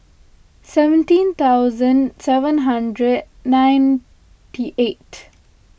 seventeen thousand seven hundred ninety eight